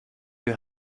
you